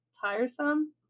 tiresome